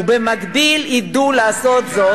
ובמקביל ידעו לעשות זאת,